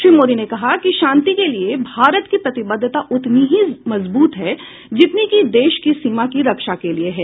श्री मोदी ने कहा है कि शांति के लिए भारत की प्रतिबद्धता उतनी ही मजबूत है जितनी कि देश की सीमा की रक्षा के लिए है